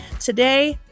Today